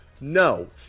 No